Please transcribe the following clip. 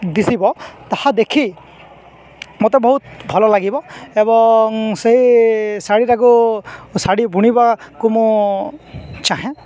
ଦିଶିବ ତାହା ଦେଖି ମୋତେ ବହୁତ ଭଲ ଲାଗିବ ଏବଂ ସେଇ ଶାଢ଼ୀଟାକୁ ଶାଢ଼ୀ ବୁଣିବାକୁ ମୁଁ ଚାହେଁ